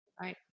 Right